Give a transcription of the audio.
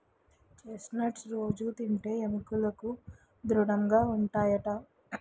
chest nuts రొజూ తింటే ఎముకలు దృడముగా ఉంటాయట